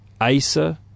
Acer